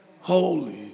holy